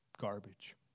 garbage